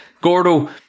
Gordo